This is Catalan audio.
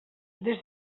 des